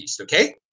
okay